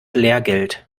lehrgeld